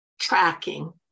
tracking